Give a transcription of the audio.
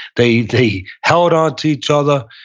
they they held on to each other.